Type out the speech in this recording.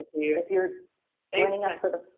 if you're joining us for the